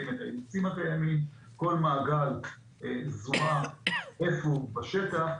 הקיימת והאילוצים הקיימים כל מעגל זוהה איפה הוא בשטח.